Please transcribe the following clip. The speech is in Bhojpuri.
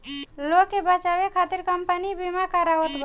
लोग के बचावे खतिर कम्पनी बिमा करावत बा